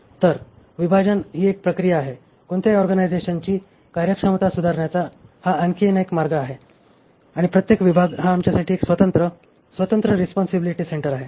तर विभाजन ही आणखी एक प्रक्रिया आहे कोणत्याही ऑर्गनायझेशनची कार्यक्षमता सुधारण्याचा हा आणखी एक मार्ग आहे आणि प्रत्येक विभाग हा आमच्यासाठी एक स्वतंत्र स्वतंत्र रिस्पॉन्सिबिलिटी सेंटर आहे